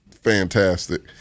fantastic